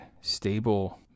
stable